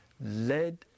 led